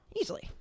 easily